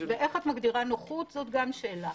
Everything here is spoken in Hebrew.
ואיך את מגדירה נוחות זו גם שאלה.